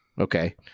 Okay